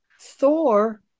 Thor